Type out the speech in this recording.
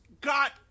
got